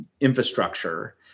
infrastructure